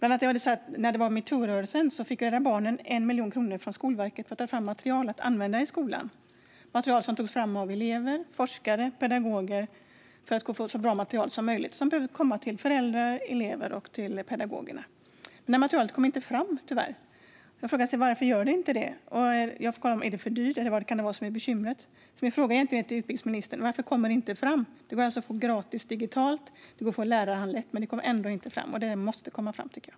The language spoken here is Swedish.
Under metoo-rörelsen fick Rädda Barnen 1 miljon kronor från Skolverket för att ta fram material som ska användas i skolan. Materialet togs fram av elever, forskare och pedagoger för att bli så bra som möjligt. Det behöver komma till elever, föräldrar och pedagoger. Tyvärr kom detta material inte fram, och man kan fråga sig varför. Är det för dyrt, eller vad kan bekymret vara? Min fråga till utbildningsministern är: Varför kommer materialet inte fram? Det går att få gratis digitalt, och det går att få lärarhandlett. Men ändå kommer det inte fram, och jag tycker att det måste komma fram.